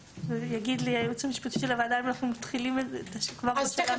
יגיד לי הייעוץ המשפטי של הוועדה אם אנחנו מתחילים כבר בשלב הזה.